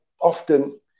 often